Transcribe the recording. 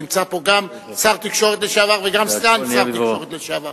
נמצא פה גם שר תקשורת לשעבר וגם סגן שר תקשורת לשעבר,